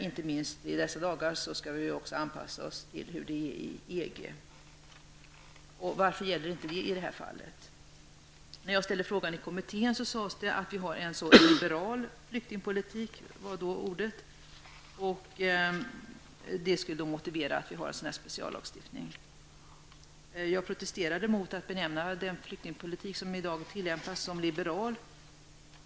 Inte minst i dessa dagar skall vi också anpassa oss till EG. Varför gäller detta inte i det här fallet? När jag ställde frågan i kommittén sades det att Sverige har en så liberal flyktingpolitik och att det skulle motivera att vi har en sådan speciallagstiftning. Jag protesterade mot att benämna den flyktingpolitik som i dag tillämpas som liberal.